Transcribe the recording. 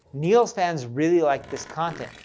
neil's fans really like this content.